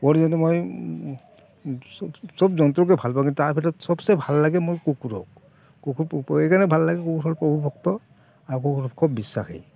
সব জন্তুকে ভাল পাওঁ কিন্তু তাৰ ভিতৰত সবচে ভাল লাগে মোৰ কুকুৰক কুকুৰক পুহি কিনে ভাল লাগে কুকুৰ হ'ল প্ৰভুভক্ত আৰু কুকুৰ খুব বিশ্বাসী